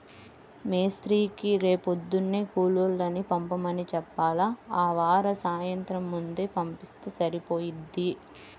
మేస్త్రీకి రేపొద్దున్నే కూలోళ్ళని పంపమని చెప్పాల, ఆవార సాయంత్రం ముందే పంపిత్తే సరిపోయిద్ది